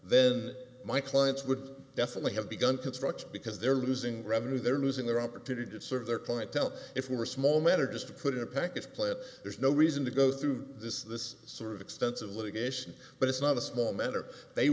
then my clients would definitely have begun construction because they're losing revenue they're losing their opportunity to serve their clientele if we were a small matter just put in a package play it there's no reason to go through this this sort of extensive litigation but it's not a small matter they